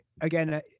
again